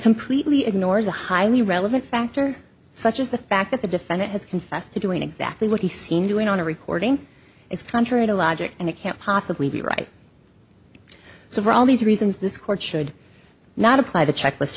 completely ignores a highly relevant factor such as the fact that the defendant has confessed to doing exactly what he seen doing on a recording is contrary to logic and it can't possibly be right so for all these reasons this court should not apply the checklist